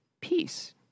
peace